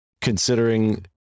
considering